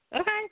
Okay